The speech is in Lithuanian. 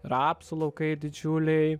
rapsų laukai didžiuliai